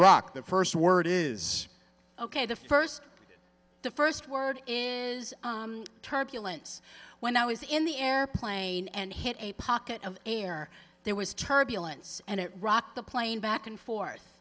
rock the first word is ok the first the first word in turbulence when i was in the airplane and hit a pocket of air there was turbulence and it rocked the plane back and forth